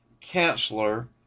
Counselor